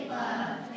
love